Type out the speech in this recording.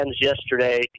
yesterday